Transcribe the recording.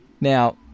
Now